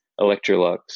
Electrolux